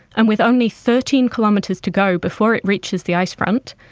and with only thirteen kilometres to go before it reaches the ice front,